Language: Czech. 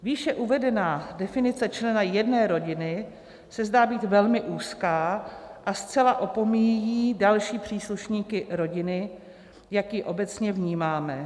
Výše uvedená definice člena jedné rodiny se zdá být velmi úzká a zcela opomíjí další příslušníky rodiny, jak ji obecně vnímáme.